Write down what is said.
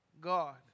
God